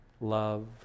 love